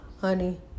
honey